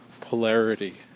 polarity